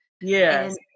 Yes